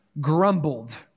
grumbled